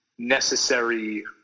necessary